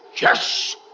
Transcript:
Yes